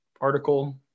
article